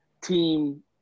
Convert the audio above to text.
team